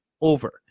over